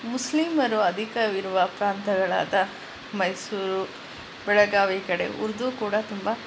ಮುಸ್ಲೀಮರು ಅಧಿಕವಿರುವ ಪ್ರಾಂತ್ಯಗಳಾದ ಮೈಸೂರು ಬೆಳಗಾವಿ ಕಡೆ ಉರ್ದು ಕೂಡ ತುಂಬ